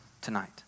tonight